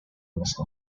was